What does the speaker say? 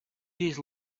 days